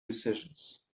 decisions